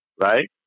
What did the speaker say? Right